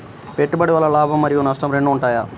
పెట్టుబడి వల్ల లాభం మరియు నష్టం రెండు ఉంటాయా?